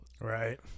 Right